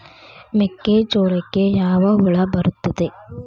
ಮೆಕ್ಕೆಜೋಳಕ್ಕೆ ಯಾವ ಹುಳ ಬರುತ್ತದೆ?